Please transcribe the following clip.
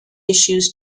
issues